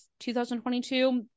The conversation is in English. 2022